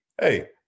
Hey